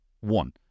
One